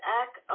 act